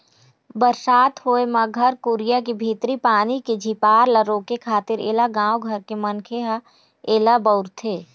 बरसात होय म घर कुरिया के भीतरी पानी के झिपार ल रोके खातिर ऐला गाँव घर के मनखे ह ऐला बउरथे